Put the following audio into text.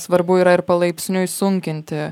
svarbu yra ir palaipsniui sunkinti